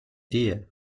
dir